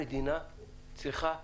המדינה צריכה לשלם.